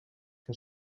que